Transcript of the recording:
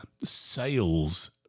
sales